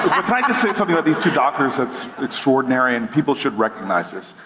i just say something about these two doctors that's extraordinary and people should recognize this.